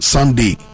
Sunday